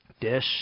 Dish